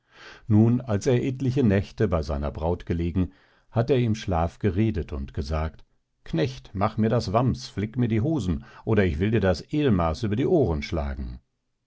nun als er etliche nächte bei seiner braut gelegen hat er im schlaf geredet und gesagt knecht mach mir das wamms flick mir die hosen oder ich will dir das ehlmaß über die ohren schlagen